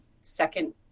second